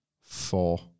Four